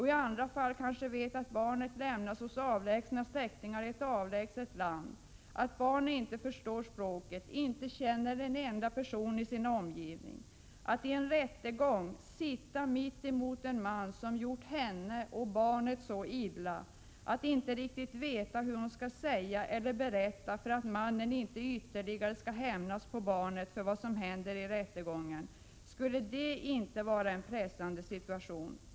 I andra fall kanske hon vet att barnet lämnats hos avlägsna släktingar i ett avlägset land och att barnet inte förstår språket och inte känner en enda personi sin omgivning. I en rättegång får hon sitta mittemot den man som har gjort henne och barnet så illa. Hon vet inte riktigt hur hon skall säga eller vad hon skall berätta för att mannen inte ytterligare skall hämnas på barnet för vad som händer i rättegången. Skulle det inte vara en pressande situation?